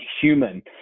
human